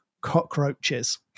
cockroaches